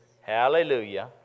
Hallelujah